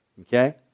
Okay